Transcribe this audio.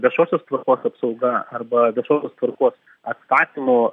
viešosios tvarkos apsauga arba viešosios tvarkos atstatymu